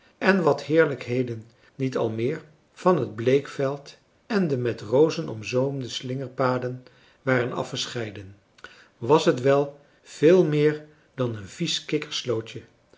en wat heerlijkheden niet al meer van het bleekveld en de met rozen omzoomde slingerpaden waren afgescheiden was het wel veel meer dan een